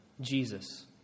Jesus